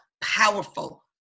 powerful